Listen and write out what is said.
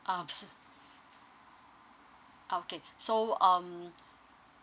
ah mis~ ah okay so um